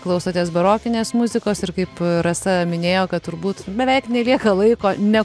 klausotės barokinės muzikos ir kaip rasa minėjo kad turbūt beveik nelieka laiko ne